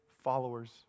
followers